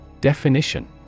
Definition